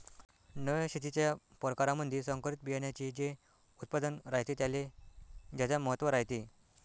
नव्या शेतीच्या परकारामंधी संकरित बियान्याचे जे उत्पादन रायते त्याले ज्यादा महत्त्व रायते